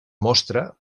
mostra